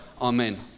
amen